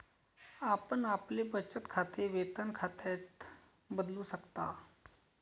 आपण आपले बचत खाते वेतन खात्यात बदलू शकता